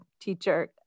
teacher